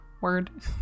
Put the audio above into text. word